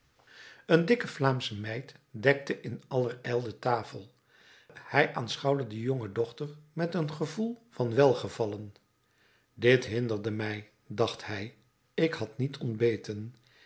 een dikke vlaamsche meid dekte in allerijl de tafel hij aanschouwde de jonge dochter met een gevoel van welgevallen dit hinderde mij dacht hij ik had niet ontbeten